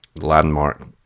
landmark